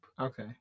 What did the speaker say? okay